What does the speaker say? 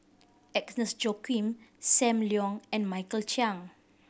Agnes Joaquim Sam Leong and Michael Chiang